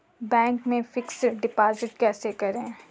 Bank में fix deposit कैसे करें?